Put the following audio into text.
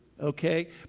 okay